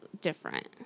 different